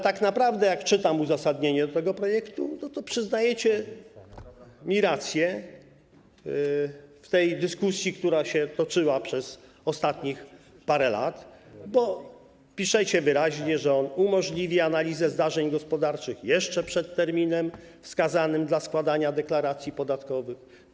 Tak naprawdę, jak czytam uzasadnienie do tego projektu, przyznajecie mi rację w tej dyskusji, która się toczyła przez ostatnich parę lat, bo piszecie wyraźnie, że on umożliwia analizę zdarzeń gospodarczych jeszcze przed wskazanym terminem składania deklaracji podatkowych.